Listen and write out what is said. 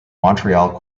montreal